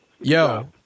Yo